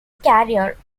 career